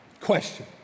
Question